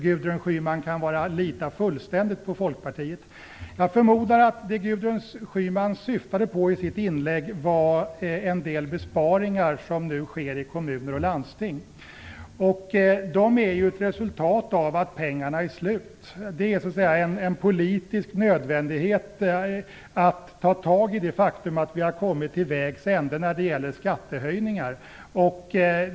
Gudrun Schyman kan lita fullständigt på Folkpartiet! Jag förmodar att Gudrun Schyman med sitt inlägg syftade på en del besparingar som nu sker i kommuner och landsting. De är ett resultat av att pengarna är slut. Det är så att säga en politisk nödvändighet att ta tag i det faktum att vi har kommit till vägs ände när det gäller skattehöjningar.